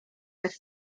bez